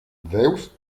zeus